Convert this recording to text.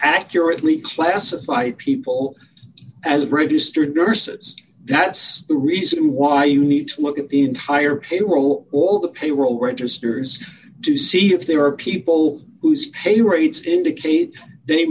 accurately classify people as registered nurses that's the reason why you need to look at the entire payroll all the payroll registers to see if there are people whose pay rates indicate they